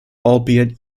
albeit